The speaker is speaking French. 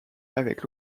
avec